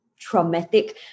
traumatic